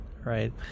right